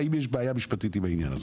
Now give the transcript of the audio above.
האם יש בעיה משפ0טית עם העניין הזה?